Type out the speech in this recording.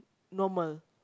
normal